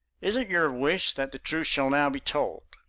is it your wish that the truth shall now be told?